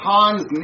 Hans